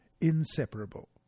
inseparable